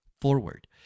forward